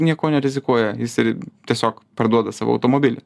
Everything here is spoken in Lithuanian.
niekuo nerizikuoja jis ir tiesiog parduoda savo automobilį